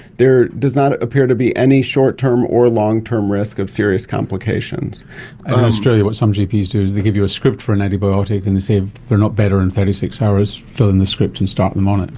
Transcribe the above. there does not appear to be any short-term or long-term risk of serious complications. and in australia what some gps do is they give you a script for an antibiotic and say if you're not better in thirty six hours, fill in the script and start them on it.